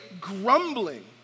grumbling